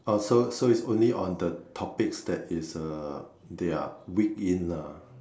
uh so so is only on the topics that is uh they are weak in lah